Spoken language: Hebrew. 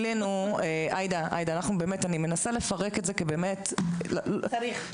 אני מנסה לפרק את זה, כדי שזה יהיה -- צריך.